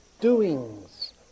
doings